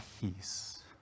peace